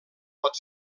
pot